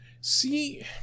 See